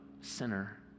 sinner